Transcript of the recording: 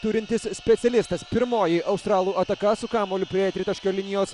turintis specialistas pirmoji australų ataka su kamuoliu prie tritaškio linijos